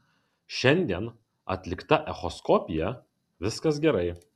šiandien atlikta echoskopija viskas gerai